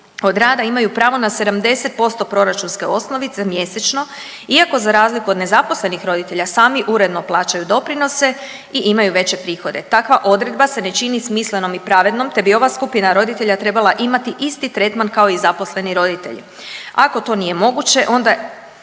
od rada imaju pravo na 70% proračunske osnovice mjesečno iako za razliku od nezaposlenih roditelja sami uredno plaćaju doprinose i imaju veće prihode. Takva odredba se ne čini smislenom i pravednom te bi ova skupina roditelja trebala imati tretman kao i zaposleni roditelji. Ako to nije moguće onda